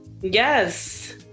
yes